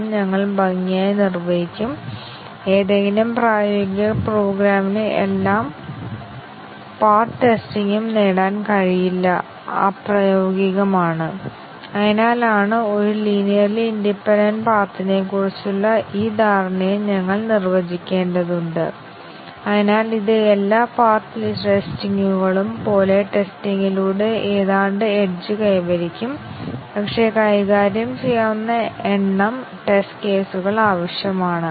പക്ഷേ ഞങ്ങൾ കംപൈലറുകൾ സ്വീകരിച്ച ഷോർട്ട് സർക്യൂട്ട് മൂല്യനിർണ്ണയ വിദ്യകൾ ഉപയോഗിക്കുകയാണെങ്കിൽ യഥാർത്ഥത്തിൽ വ്യത്യസ്ത കംപൈലറുകൾ സ്വീകരിക്കുന്ന ഷോർട്ട് സർക്യൂട്ട് വിലയിരുത്തൽ വ്യത്യാസപ്പെട്ടിരിക്കുന്നു